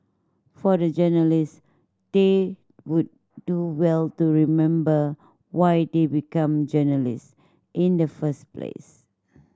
for the journalist they would do well to remember why they become journalist in the first place